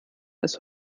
ist